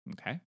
Okay